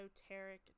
esoteric